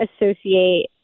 associate